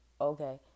Okay